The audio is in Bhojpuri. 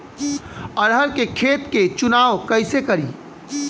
अरहर के खेत के चुनाव कईसे करी?